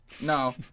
No